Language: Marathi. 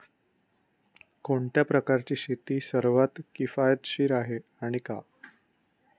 कोणत्या प्रकारची शेती सर्वात किफायतशीर आहे आणि का?